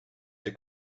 the